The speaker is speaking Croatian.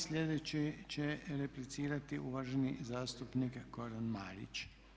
Sljedeći će replicirati uvaženi zastupnik Goran Marić.